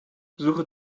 suche